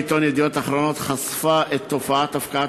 כתבה בעיתון "ידיעות אחרונות" חשפה את תופעת הפקעת